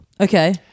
Okay